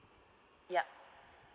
yup